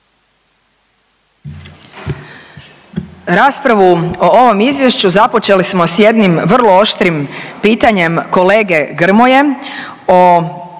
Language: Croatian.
Raspravu o ovom izvješću započeli smo s jednim vrlo oštrim pitanjem kolege Grmoje o